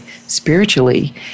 spiritually